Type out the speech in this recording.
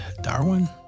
Darwin